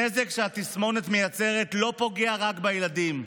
הנזק שהתסמונת מייצרת פוגע לא רק בילדים,